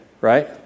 Right